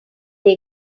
they